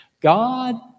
God